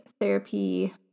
therapy